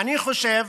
אני חושב